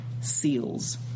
seals